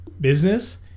business